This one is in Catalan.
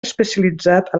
especialitzat